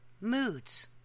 moods